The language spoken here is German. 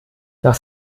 nach